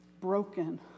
broken